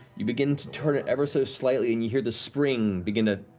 you begin to turn it ever so slightly and you hear this spring begin to